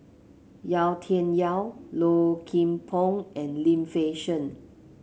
Yau Tian Yau Low Kim Pong and Lim Fei Shen